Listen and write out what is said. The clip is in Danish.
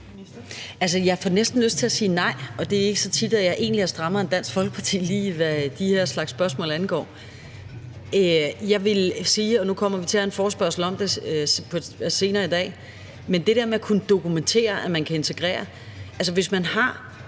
jeg får næsten lyst til at sige nej. Og det er egentlig ikke så tit, at jeg er strammere end Dansk Folkeparti, lige hvad den her slags spørgsmål angår. Jeg vil sige – og nu kommer vi til at have en forespørgsel om det senere i dag – i forhold til det der med at kunne dokumentere, at man kan integrere, at hvis man har